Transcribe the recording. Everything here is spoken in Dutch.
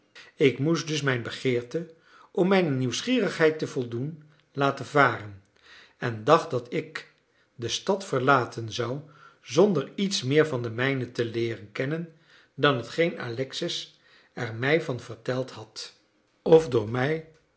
ik moest dus mijn begeerte om mijne nieuwsgierigheid te voldoen laten varen en dacht dat ik de stad verlaten zou zonder iets meer van de mijnen te leeren kennen dan hetgeen alexis er mij van verteld had of door mij